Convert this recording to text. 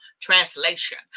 translation